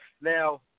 now